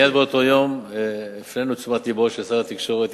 מייד באותו יום הפנינו את תשומת לבו של שר התקשורת,